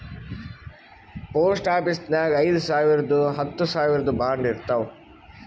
post ಆಫೀಸ್ನಾಗ್ ಐಯ್ದ ಸಾವಿರ್ದು ಹತ್ತ ಸಾವಿರ್ದು ಬಾಂಡ್ ಇರ್ತಾವ್